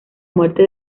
muerte